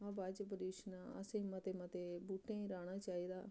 हवा त प्लयूशन ऐ असेंई मते मते बूह्टें गी राह्ना चाहिदा